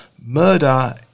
murder